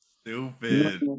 Stupid